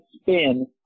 spin